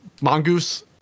Mongoose